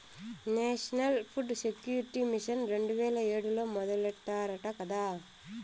national food security mission రెండు వేల ఏడులో మొదలెట్టారట కదా